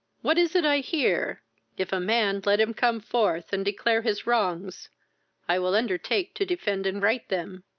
what is it i hear if a man, let him come forth, and declare his wrongs i will undertake to defend and right them.